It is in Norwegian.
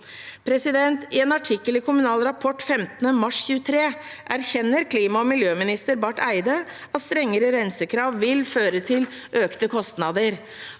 I en artikkel i Kommunal Rapport 15. mars 2023 erkjenner klima- og miljøminister Barth Eide at strengere rensekrav vil føre til økte kostnader.